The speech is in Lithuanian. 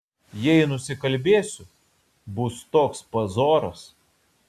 jei nusikalbėsiu bus toks pazoras